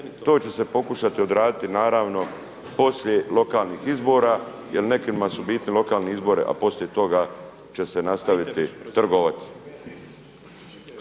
To će se pokušati odraditi naravno poslije lokalnih izbora, jer nekima su bitni lokalni izbori, a poslije toga će se nastaviti trgovati.